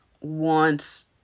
wants